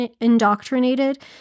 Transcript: indoctrinated